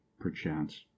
perchance